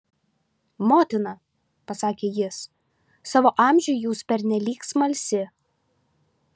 motina pasakė jis savo amžiui jūs pernelyg smalsi